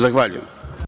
Zahvaljujem.